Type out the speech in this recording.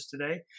today